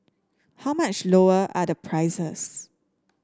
how much lower are the prices